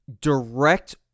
direct